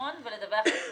לבחון ולדווח לכנסת.